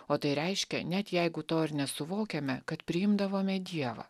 o tai reiškia net jeigu to ir nesuvokiame kad priimdavome dievą